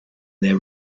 their